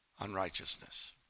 unrighteousness